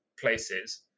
places